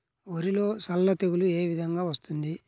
వరిలో సల్ల తెగులు ఏ విధంగా వస్తుంది?